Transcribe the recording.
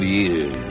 years